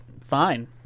fine